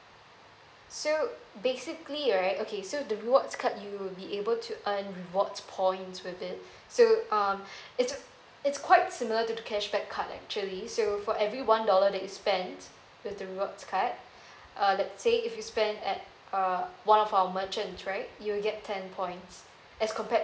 so basically right okay so the rewards card you will be able to earn rewards points with it so um it's a it's quite similar to the cashback card actually so for every one dollar that you spent with the rewards card err let's say if you spend at uh one of our merchants right you will get ten points as compared